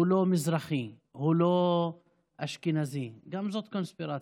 הוא לא מזרחי ולא אשכנזי, גם זאת קונספירציה.